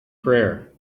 prayer